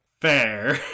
Fair